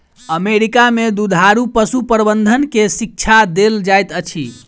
America में दुधारू पशु प्रबंधन के शिक्षा देल जाइत अछि